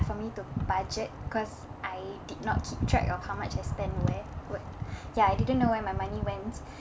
for me to budget because I did not keep track of how much I spent where what ya I didn't know where my money went